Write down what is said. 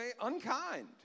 unkind